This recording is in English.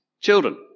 children